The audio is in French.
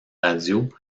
radio